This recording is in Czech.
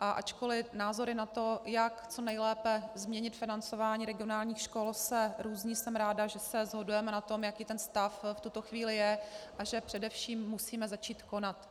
a ačkoli názory na to, jak co nejlépe změnit financování regionálních škol, se různí, jsem ráda, že se shodujeme na tom, jaký ten stav v tuto chvíli je, a že především musíme začít konat.